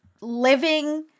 living